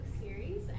series